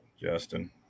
Justin